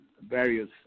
various